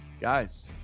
guys